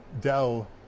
Dell